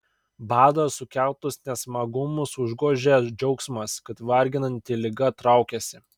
bado sukeltus nesmagumus užgožia džiaugsmas kad varginanti liga traukiasi